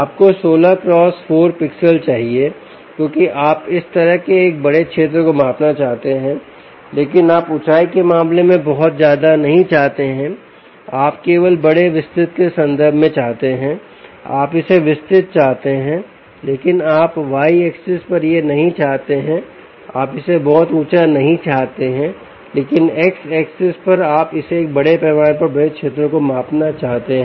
आपको 16 cross 4 pixel चाहिए क्योंकि आप इस तरह एक बड़े क्षेत्र को मापना चाहते हैं लेकिन आप ऊँचाई के मामले में बहुत ज्यादा नहीं चाहते हैं आप केवल बड़े विस्तृत के संदर्भ में चाहते हैं आप इसे विस्तृत चाहते हैं लेकिन आप y अक्ष पर यह नहीं चाहते हैं आप इसे बहुत ऊंचा नहीं चाहते हैं लेकिन x अक्ष पर आप इसे एक बड़े पैमाने पर बड़े क्षेत्रों को मापना चाहते हैं